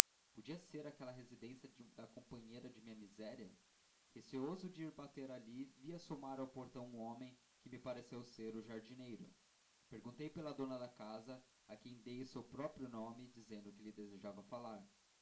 podia ser aquela a residência da companheira de minha miséria receoso de ir bater ali vi assomar ao portão um homem que me pareceu ser o jardineiro perguntei pela dona da casa a quem dei o seu próprio nome dizendo que lhe desejava falar